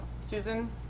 Susan